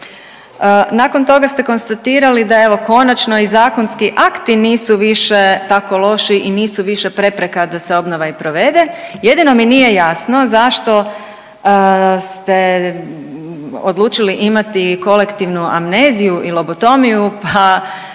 Nakon toga ste konstatira da evo konačno i zakonski akti nisu više tako loši i nisu više prepreka da se obnova i provede. Jedino mi nije jasno zašto ste odlučili imati kolektivnu amneziju i lobotomiju, pa